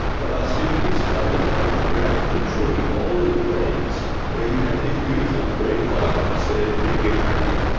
the marsupials come in and create literally bowling greens where you have these beautiful green firebreaks, they are really attractive.